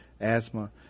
asthma